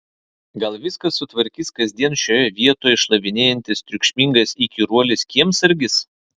gal viską sutvarkys kasdien šioje vietoj šlavinėjantis triukšmingas įkyruolis kiemsargis